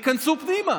ייכנסו פנימה,